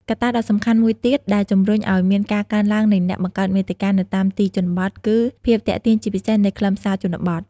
កត្តាដ៏សំខាន់មួយទៀតដែលជំរុញឲ្យមានការកើនឡើងនៃអ្នកបង្កើតមាតិកានៅតាមទីជនបទ គឺ ភាពទាក់ទាញជាពិសេសនៃខ្លឹមសារជនបទ។